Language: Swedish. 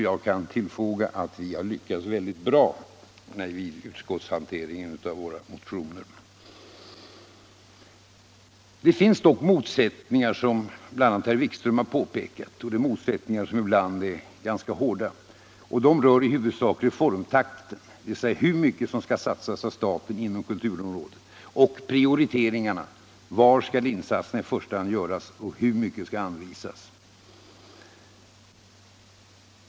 Jag kan tillfoga att vi har lyckats bra vid utskottshanteringen av våra motioner. Det finns dock motsättningar, som bl.a. herr Wikström har påpekat. Det är motsättningar som ibland är ganska hårda. De rör i huvudsak reformtakten, dvs. hur mycket som skall satsas av staten inom kulturområdet, och prioriteringarna. var insatserna i första hand skall göras och hur mycket medel som skall anvisas.